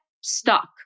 stuck